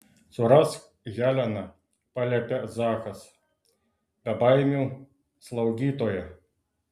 surask heleną paliepia zakas bebaimių slaugytoją